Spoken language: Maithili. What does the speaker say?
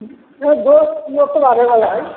लोक लोकसभ आबै बला है